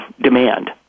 demand